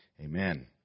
Amen